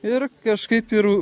ir kažkaip ir